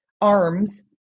arms